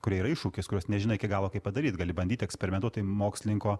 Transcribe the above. kurie yra iššūkis kuriuos nežinai iki galo kaip padaryt gali bandyt eksperimentuot tai mokslininko